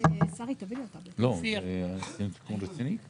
אני לא מבין.